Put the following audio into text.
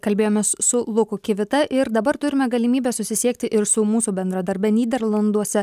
kalbėjomės su luku kivita ir dabar turime galimybę susisiekti ir su mūsų bendradarbe nyderlanduose